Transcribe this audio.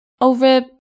over